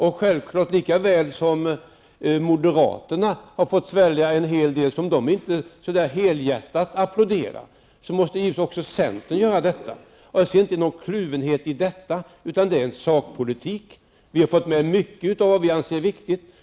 Och lika väl som moderaterna har fått svälja en hel del som de inte helhjärtat applåderar måste givetvis också centern göra detta. Jag ser inte någon kluvenhet i detta, utan det är sakpolitik. Vi har fått med mycket av det som vi anser är viktigt.